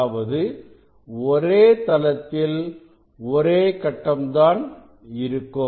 அதாவது ஒரே தளத்தில் ஒரே கட்டம் தான் இருக்கும்